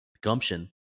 gumption